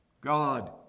God